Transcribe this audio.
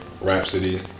Rhapsody